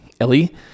Ellie